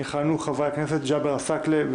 יכהנו חברי הכנסת ג'אבר עסאקלה,